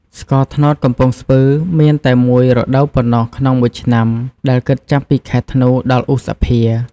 ស្ករត្នោតកំពង់ស្ពឺ មានតែមួយរដូវប៉ុណ្ណោះក្នុងមួយឆ្នាំ ដែលគិតចាប់ពីខែធ្នូ ដល់ឧសភា។